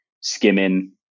skimming